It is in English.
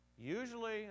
Usually